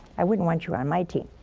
i wouldn't want you on my team.